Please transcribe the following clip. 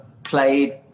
Played